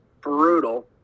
brutal